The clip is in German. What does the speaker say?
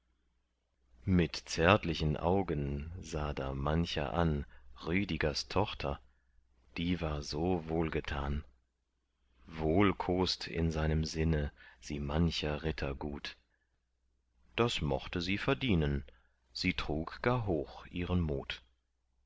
mit zärtlichen augen sah da mancher an rüdigers tochter die war so wohlgetan wohl kos't in seinem sinne sie mancher ritter gut das mochte sie verdienen sie trug gar hoch ihren mut